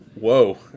Whoa